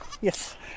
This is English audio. yes